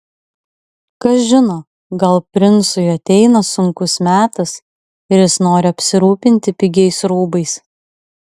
kas žino gal princui ateina sunkus metas ir jis nori apsirūpinti pigiais rūbais